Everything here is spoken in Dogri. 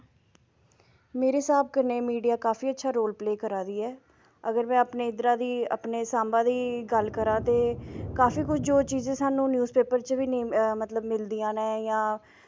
मेरे स्हाब कन्नै मीडिया काफी अच्छा रोल प्ले करा दी ऐ अगर में अपनें इद्धर दी अपने सांबा दी गल्ल करांऽ ते काफी जो चीज़ां सानूं न्यूज़ पेपर च मकलब मिलदियां न जां